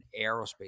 aerospace